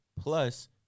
plus